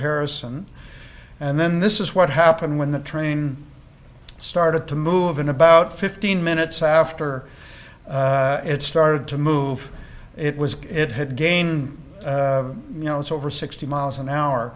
harrison and then this is what happened when the train started to move in about fifteen minutes after it started to move it was it had gained you know it's over sixty miles an hour